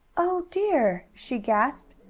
oh dear! she gasped.